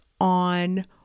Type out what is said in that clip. on